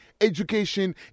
education